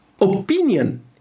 Opinion